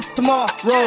tomorrow